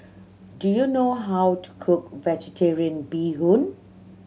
do you know how to cook Vegetarian Bee Hoon